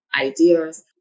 ideas